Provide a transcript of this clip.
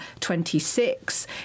26